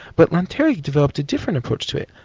but lanteri? developed a different approach to it,